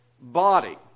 body